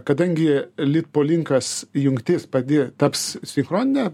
kadangi litpolinkas jungtis padi taps sinchronine